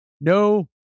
No